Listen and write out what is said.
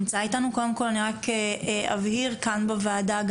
קודם כל אני רק אבהיר כאן בוועדה,